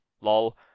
lol